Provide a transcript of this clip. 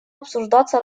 обсуждаться